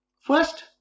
first